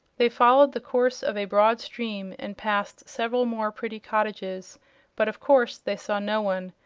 they followed the course of a broad stream and passed several more pretty cottages but of course they saw no one,